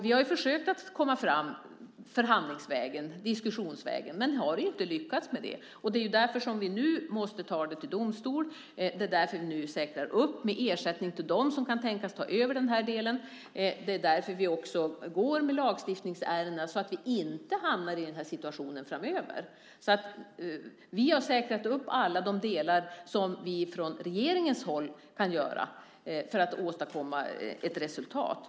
Vi har försökt komma fram förhandlingsvägen, diskussionsvägen, men inte lyckats. Det är därför vi måste ta ärendet till domstol, och det är därför vi nu säkrar ersättningen till dem som kan tänkas ta över den delen. Det är också därför vi går fram med lagstiftningsärendena, alltså för att inte hamna i en liknande situation framöver. Vi har säkrat alla de delar som vi från regeringshåll kan säkra för att åstadkomma resultat.